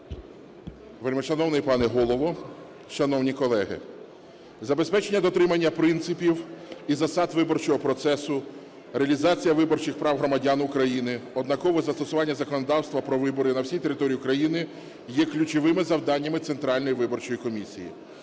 Вельмишановний пане Голово, шановні колеги! Забезпечення дотримання принципів і засад виборчого процесу, реалізація виборчих прав громадян України, однакове застосування законодавства про вибори на всій території України є ключовими завданнями Центральною виборчої комісії.